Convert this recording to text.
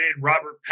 Robert